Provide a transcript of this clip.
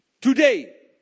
Today